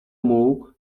mógł